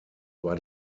war